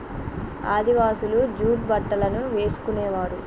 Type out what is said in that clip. ఆదివాసులు జూట్ బట్టలను వేసుకునేవారు